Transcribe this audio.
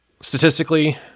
Statistically